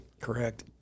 Correct